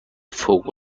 فوق